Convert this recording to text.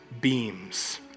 beams